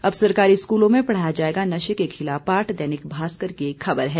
अब सरकारी स्कूलों में पढ़ाया जाएगा नशे के खिलाफ पाठ दैनिक भास्कर की एक खबर है